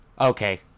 Okay